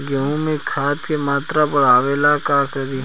गेहूं में खाद के मात्रा बढ़ावेला का करी?